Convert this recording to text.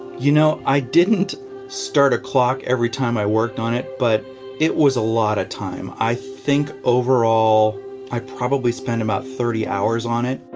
you know, i didn't start a clock every time i worked on it. but it was a lotta time. i think overall i probably spent about thirty hours on it.